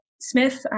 Smith